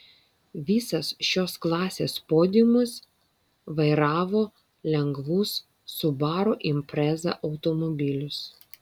visas šios klasės podiumas vairavo lengvus subaru impreza automobilius